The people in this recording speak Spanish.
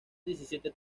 diecisiete